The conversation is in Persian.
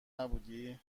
نبودی